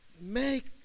make